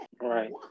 Right